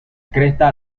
cresta